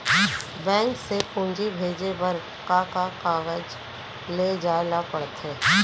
Bank से पूंजी भेजे बर का का कागज ले जाये ल पड़थे?